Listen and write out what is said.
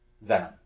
Venom